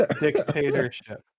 dictatorship